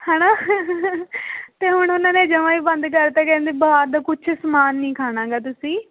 ਹੈ ਨਾ ਅਤੇ ਹੁਣ ਉਹਨਾਂ ਨੇ ਜਮ੍ਹਾ ਹੀ ਬੰਦ ਕਰਤਾ ਕਹਿੰਦੇ ਬਾਹਰ ਕੁਝ ਸਮਾਨ ਨਹੀਂ ਖਾਣਾ ਹੈਗਾ ਤੁਸੀਂ